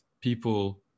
people